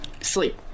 Sleep